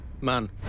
man